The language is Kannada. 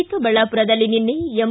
ಚಿಕ್ಕಬಳ್ಳಾಪುರದಲ್ಲಿ ನಿನ್ನೆ ಎಂ